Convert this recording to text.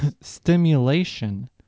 stimulation